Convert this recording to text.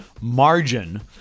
margin